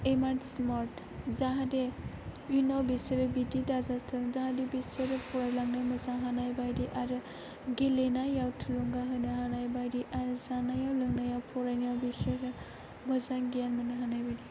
एसेबां स्मार्ट जाहाथे इयुनाव बिसोरो बिदि दाजाथों जाहाथे बिसोरो फरायलांनो मोजां बायदि आरो गेलेनायाव थुलुंगा होनो हानाय बायदि आरो जानायाव लोंनायाव फरायनायाव बिसोरो मोजां गियान मोननो हानाय बायदि